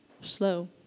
slow